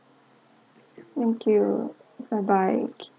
thank you bye bye okay